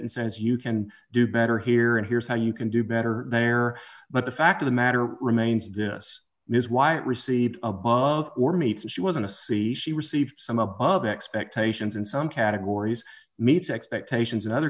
and says you can do better here and here's how you can do better there but the fact of the matter remains this is why it received above board meets and she wasn't a c she received some above expectations and some categories meet expectations in other